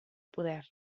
poder